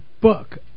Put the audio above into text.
book